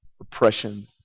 oppression